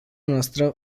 noastră